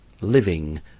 living